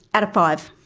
out of five.